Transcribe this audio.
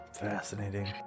Fascinating